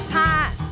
time